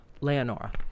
Leonora